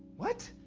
what?